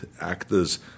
actors